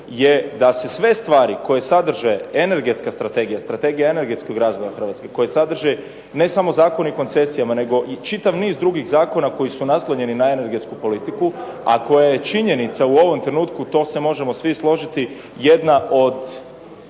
je da se sve stvari koje sadrže energetska strategija, strategija energetskog razvoja Hrvatske, koji sadrže ne samo Zakone o koncesijama nego i čitav niz drugih zakona koji su naslonjeni na energetsku politiku, a koje je činjenica u ovom trenutku, to se možemo svi složiti, jedna od